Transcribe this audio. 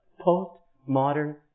post-modern